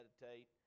meditate